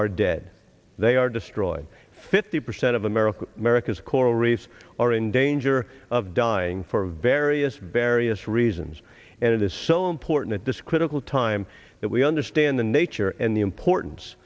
are dead they are destroyed fifty percent of american america's coral reefs are in danger of dying for various various reasons and it is so important at this critical time that we understand the nature and the importance